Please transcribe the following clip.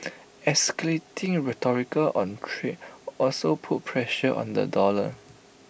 escalating rhetorical on trade also put pressure on the dollar